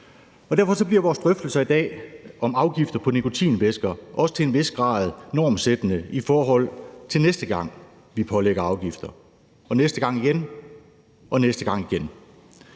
Derfor bliver vores drøftelser i dag om afgifter på nikotinvæsker også til en vis grad normsættende i forhold til næste gang, vi pålægger afgifter, næste gang igen og næste gang igen.